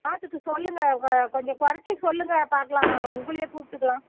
பார்த்துட்டு சொல்லுங்கள் கொஞ்சம் குறைச்சி சொல்லுங்கள் பார்க்கலாம் உங்களையே கூப்பிட்டுக்குலாம்